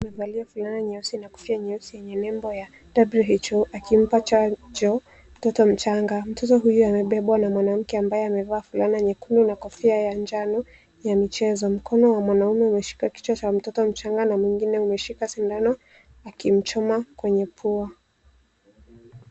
Amevalia fulana nyeusi na kofia nyeusi yenye nembo ya W. H. O akimpatia chanjo mtoto mchanga. Mtoto huyu amebebwa na mwanamke ambaye amevaa fulana nyekundu na kofia ya manjano ya michezo. Mikono ya mwanamme umeshika kichwa cha mtoto mchanga na mwingine umeshika sindano akimchoma kwenye pua.